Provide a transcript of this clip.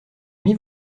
demi